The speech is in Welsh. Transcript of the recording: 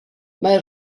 mae